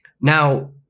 Now